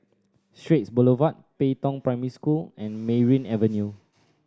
Straits Boulevard Pei Tong Primary School and Merryn Avenue